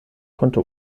konnte